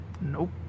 Nope